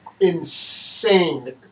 insane